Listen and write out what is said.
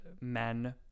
men